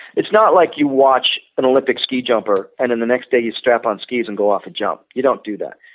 it's not like you watch an olympic ski jumper and the next day you stamp on skis and go off to jump. you don't do that.